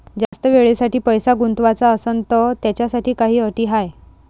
जास्त वेळेसाठी पैसा गुंतवाचा असनं त त्याच्यासाठी काही अटी हाय?